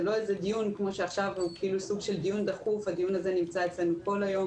זה משהו שנמצא אצלנו כל היום,